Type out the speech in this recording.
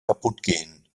kaputtgehen